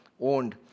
owned